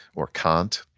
or kant,